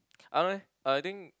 I don't know eh I think